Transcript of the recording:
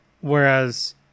Whereas